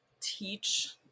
teach